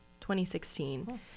2016